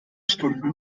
stunden